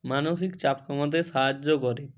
মানসিক চাপ কমাতে সাহায্য করে